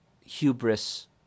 hubris